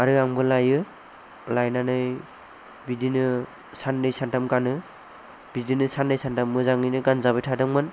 आरो आंबो लायो लायनानै बिदिनो साननै सानथाम गानो बिदिनो साननै सानथाम मोजाङैनो गानजाबाय थादोंमोन